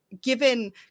given